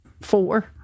four